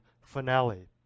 finale